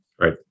Right